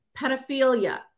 Pedophilia